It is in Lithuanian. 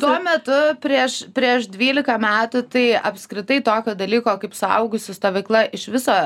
tuo metu prieš prieš dvylika metų tai apskritai tokio dalyko kaip suaugusių stovykla iš viso